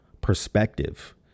perspective